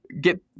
get